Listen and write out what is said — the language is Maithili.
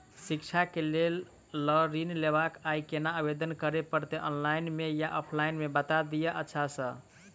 शिक्षा केँ लेल लऽ ऋण लेबाक अई केना आवेदन करै पड़तै ऑनलाइन मे या ऑफलाइन मे बता दिय अच्छा सऽ?